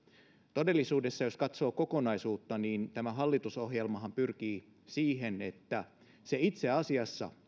todellisuudessa jos katsoo kokonaisuutta niin tämä hallitusohjelmahan pyrkii siihen että ilmastonmuutoksen torppaaminen itse asiassa